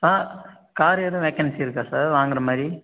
சா கார் எதுவும் வேக்கன்ஸி இருக்கா சார் வாங்குகிற மாதிரி